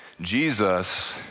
Jesus